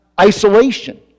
isolation